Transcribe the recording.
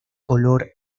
color